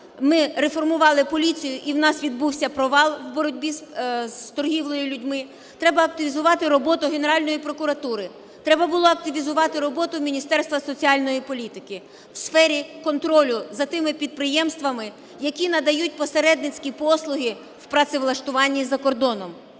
ми реформували поліцію, і у нас відбувся провал в боротьбі з торгівлею людьми. Треба активізувати роботу Генеральної прокуратури. Треба було активізувати роботу Міністерства соціальної політики в сфері контролю за тими підприємствами, які надають посередницькі послуги в працевлаштуванні за кордоном.